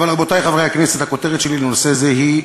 אבל, רבותי חברי הכנסת, הכותרת שלי לנושא זה היא: